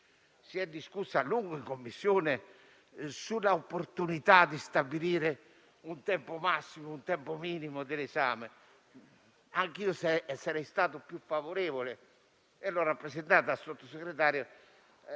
si è discusso a lungo, in Commissione, sull'opportunità di stabilire un tempo massimo e un tempo minimo dell'esame. Anch'io sarei stato più favorevole - e l'ho rappresentato al Sottosegretario